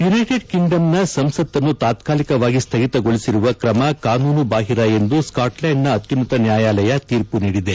United ಕಿಂಗ್ಡಮ್ನ ಸಂಸತ್ತನ್ನು ತಾತ್ಕಾಲಿಕವಾಗಿ ಸ್ಥಗಿತಗೊಳಿಸಿರುವ ಕ್ರಮ ಕಾನೂನು ಬಾಹಿರ ಎಂದು ಸ್ಕಾಟ್ಲ್ಯಾಂಡ್ನ ಅತ್ಯುನ್ನತ ನ್ಯಾಯಾಲಯ ತೀರ್ಪು ನೀಡಿದೆ